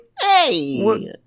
Hey